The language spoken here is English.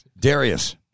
Darius